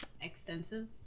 extensive